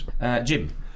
Jim